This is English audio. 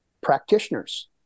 practitioners